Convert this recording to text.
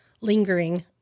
lingering